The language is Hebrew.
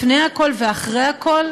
לפני הכול ואחרי הכול,